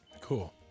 Cool